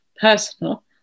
personal